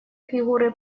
фигуры